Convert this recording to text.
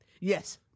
Yes